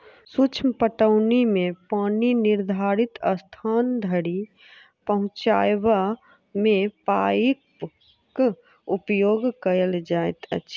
सूक्ष्म पटौनी मे पानि निर्धारित स्थान धरि पहुँचयबा मे पाइपक उपयोग कयल जाइत अछि